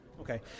Okay